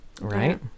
Right